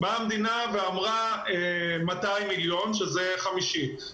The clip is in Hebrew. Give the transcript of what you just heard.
המדינה אמרה 200 מיליון, שזה חמישית.